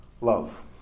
love